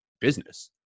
business